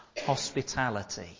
hospitality